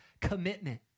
commitment